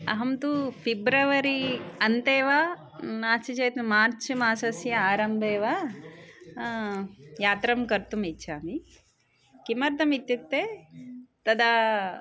अहं तु फ़िब्रवरी अन्ते वा नास्ति चेत् मार्च् मासस्य आरम्भे वा यात्रां कर्तुम् इच्छामि किमर्थम् इत्युक्ते तदा